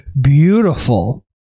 beautiful